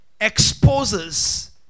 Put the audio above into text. exposes